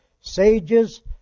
Sages